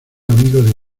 amigo